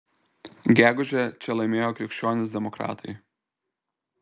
gegužę čia laimėjo krikščionys demokratai